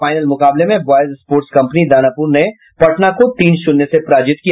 final मुकाबले में boys sports company Danapur ने पटना को तीन शून्य से पराजित किया